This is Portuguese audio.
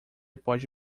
pode